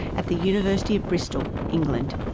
at the university of bristol, england.